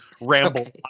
ramble